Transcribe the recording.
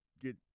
get